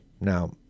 Now